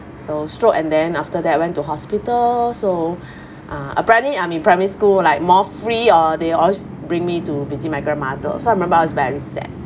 so stroke and then after that went to hospital so uh apparently I'm in primary school like more free ah they always bring me to visit my grandmother so I remember I was very sad